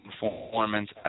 performance